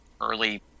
early